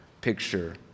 picture